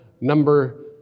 number